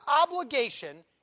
obligation